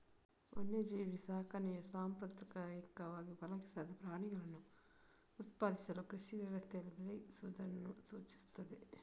ವನ್ಯಜೀವಿ ಸಾಕಣೆಯು ಸಾಂಪ್ರದಾಯಿಕವಾಗಿ ಪಳಗಿಸದ ಪ್ರಾಣಿಗಳನ್ನು ಉತ್ಪಾದಿಸಲು ಕೃಷಿ ವ್ಯವಸ್ಥೆಯಲ್ಲಿ ಬೆಳೆಸುವುದನ್ನು ಸೂಚಿಸುತ್ತದೆ